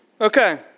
Okay